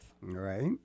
Right